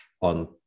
on